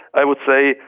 i would say,